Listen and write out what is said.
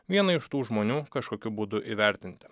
vieną iš tų žmonių kažkokiu būdu įvertinti